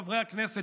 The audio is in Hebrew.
חברי הכנסת,